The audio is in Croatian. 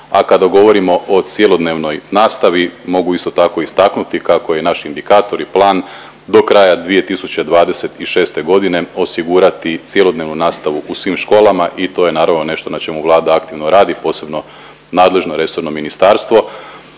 a kada govorimo o cjelodnevnoj nastavi mogu isto tako istaknuti kako je naš indikator i plan do kraja 2026. godine osigurati cjelodnevnu nastavu u svim školama i to je naravno nešto na čemu Vlada aktivno radi posebno nadležno resorno ministarstvo.